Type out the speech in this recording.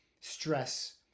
stress